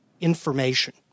information